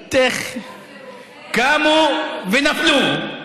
ראית איך קמו ונפלו.